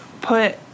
put